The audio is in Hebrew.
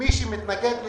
אם אתה לא משנה מהחוק